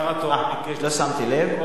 השר התורן ביקש לצאת לשתי דקות, לא שמתי לב.